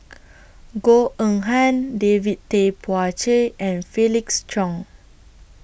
Goh Eng Han David Tay Poey Cher and Felix Cheong